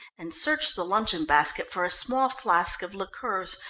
and searched the luncheon basket for a small flask of liqueurs,